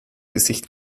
gesicht